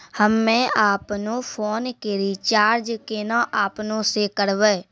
हम्मे आपनौ फोन के रीचार्ज केना आपनौ से करवै?